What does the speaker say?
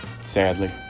Sadly